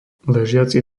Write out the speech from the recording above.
ležiaci